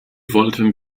wollten